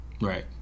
Right